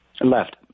left